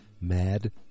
Mad